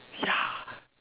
ya